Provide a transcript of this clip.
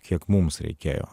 kiek mums reikėjo